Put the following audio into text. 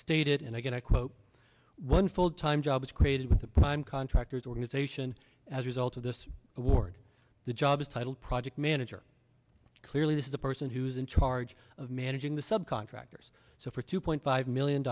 stated and again i quote one full time jobs created with the prime contractors organization as result of this award the job is titled project manager clearly this is the person who's in charge of managing the sub contractors so for two point five million